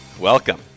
welcome